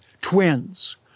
twins